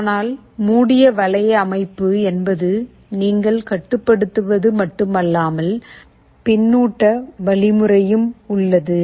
ஆனால் மூடிய வளைய அமைப்பு என்பது நீங்கள் கட்டுப்படுத்துவது மட்டுமல்லாமல் பின்னூட்ட வழிமுறையும் உள்ளது